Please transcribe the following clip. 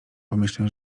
pomyślę